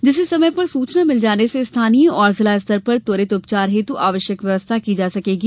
जिससे समय पर सूचना मिल जाने से स्थानीय एवं जिला स्तर पर त्वरित उपचार हेतु आवश्यक व्यवस्था की जा सकेगी